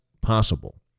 possible